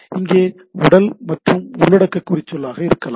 இங்கே உடல் அல்லது உள்ளடக்க குறிச்சொல்லாக இருக்கலாம்